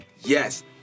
Yes